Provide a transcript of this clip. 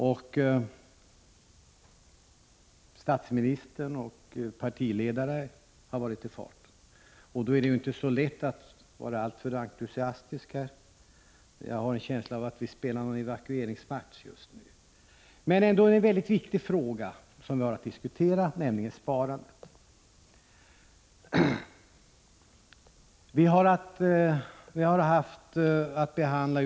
Både statsministern och partiledarna har varit i farten, och då är det inte så lätt att vara alltför entusiastisk. Jag har en känsla av att vi just nu spelar en evakueringsmatch. En viktig fråga som vi har att diskutera är ändå frågan om sparandet.